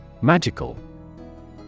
Magical